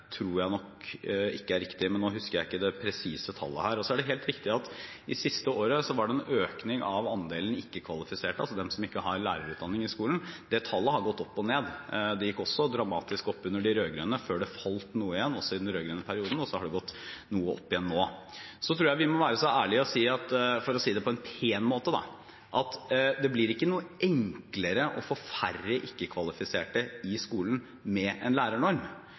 er riktig, men nå husker jeg ikke det presise tallet her. Så er det helt riktig at i det siste året var det en økning i andelen ikke-kvalifiserte, altså dem som ikke har lærerutdanning i skolen. Det tallet har gått opp og ned. Det gikk også dramatisk opp under de rød-grønne, før det falt noe igjen, også i den rød-grønne perioden, og så har det gått noe opp igjen nå. Så tror jeg vi må være så ærlige å si at det blir ikke noe enklere – for å si det på en pen måte – å få færre ikke-kvalifiserte i skolen med en lærernorm.